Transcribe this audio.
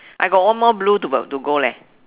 I got one more blue to b~ to go leh